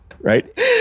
right